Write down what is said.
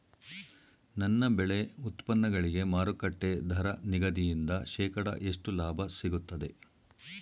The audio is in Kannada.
ನನ್ನ ಬೆಳೆ ಉತ್ಪನ್ನಗಳಿಗೆ ಮಾರುಕಟ್ಟೆ ದರ ನಿಗದಿಯಿಂದ ಶೇಕಡಾ ಎಷ್ಟು ಲಾಭ ಸಿಗುತ್ತದೆ?